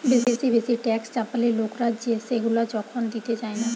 বেশি বেশি ট্যাক্স চাপালে লোকরা সেগুলা যখন দিতে চায়না